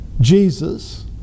Jesus